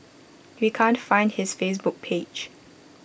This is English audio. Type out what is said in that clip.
we can't find his Facebook page